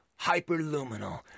Hyperluminal